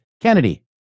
Kennedy